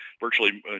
virtually